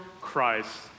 Christ